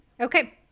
Okay